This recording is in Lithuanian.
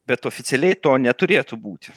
bet oficialiai to neturėtų būti